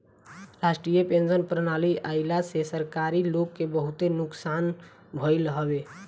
राष्ट्रीय पेंशन प्रणाली आईला से सरकारी लोग के बहुते नुकसान भईल हवे